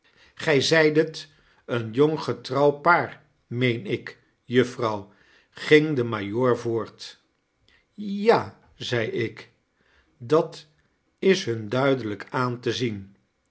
g-y zeidet een jong getrouwd paar meen ik juffrouw ging de majoor voort ja-a zei ik dat is hun duidelyk aan te zien